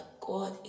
God